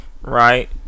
Right